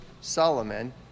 Solomon